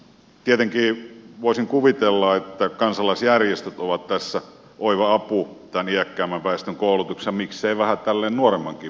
tietenkin voisin kuvitella että kansalaisjärjestöt ovat tässä oiva apu tämän iäkkäämmän ja miksei tällaisen vähän nuoremmankin väestön koulutuksessa